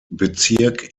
bezirk